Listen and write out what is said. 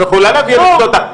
את יכולה להביא אנקדוטה.